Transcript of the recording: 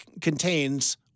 contains